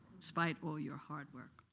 despite all your hard work.